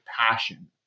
passion